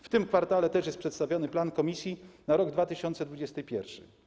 W tym kwartale też jest przedstawiony plan Komisji na rok 2021.